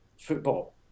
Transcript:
football